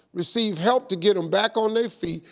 receive help to get em back on their feet,